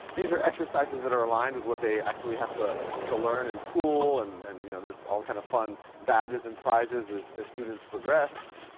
these are exercises that are aligned with what they actually have to to learn in school, and and you know there's all kind of fun badges and prizes as as students progress.